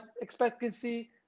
expectancy